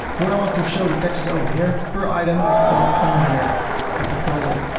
do i want to show the taxes over here per item or only here at the total?